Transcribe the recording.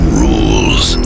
rules